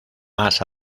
más